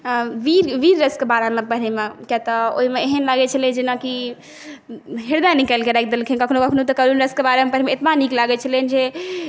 वीररसके बारेमे पढ़ैमे कियातऽ ओहिमे एहन लागै छलै जेनाकि हृदय निकालिकेँ राखि देलखिन कखनो कखनो तऽ वीररसकेँ बारेमे एतना नीक लागै छलनि जे